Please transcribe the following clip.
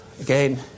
again